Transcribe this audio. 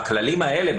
שבכללים האלה,